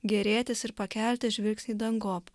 gėrėtis ir pakelti žvilgsnį dangop